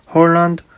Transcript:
Holland